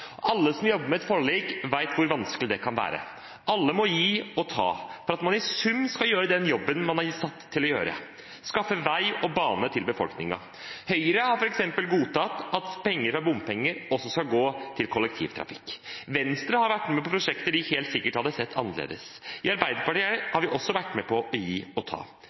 Alle som jobber med et forlik, vet hvor vanskelig det kan være. Alle må gi og ta for at man i sum skal gjøre den jobben man er satt til å gjøre – skaffe vei og bane til befolkningen. Høyre har f.eks. godtatt at penger fra bompenger også skal gå til kollektivtrafikk. Venstre har vært med på prosjekter de helt sikkert hadde sett annerledes. I Arbeiderpartiet har vi også vært med på å gi og ta.